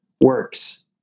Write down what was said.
works